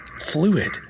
fluid